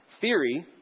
theory